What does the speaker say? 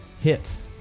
hits